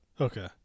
okay